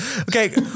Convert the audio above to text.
Okay